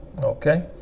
okay